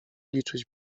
liczyć